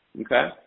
Okay